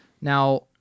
Now